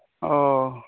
ᱳ